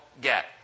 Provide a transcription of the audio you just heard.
get